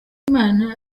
kubwimana